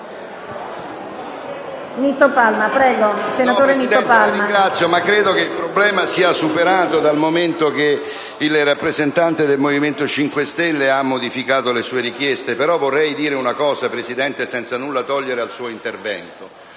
Presidente, credo che il problema sia superato, dal momento che il rappresentante del Movimento 5 Stelle ha modificato le sue richieste. Tuttavia, vorrei dire una cosa, signora Presidente, senza nulla togliere al suo intervento.